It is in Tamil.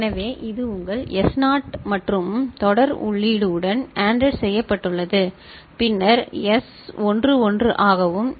எனவே இது உங்கள் எஸ் நாட் மற்றும் தொடர் உள்ளீடு உடன் ANDed செய்யப்பட்டுள்ளது பின்னர் எஸ் 1 1 ஆகவும் எஸ் 0 0 சரி S0 0